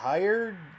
Hired